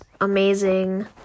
amazing